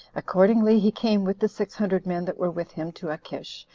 accordingly, he came with the six hundred men that were with him to achish,